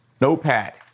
Notepad